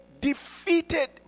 defeated